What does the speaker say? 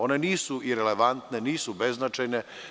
One nisu irelevantne, nisu beznačajne.